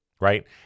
right